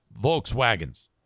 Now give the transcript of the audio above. Volkswagens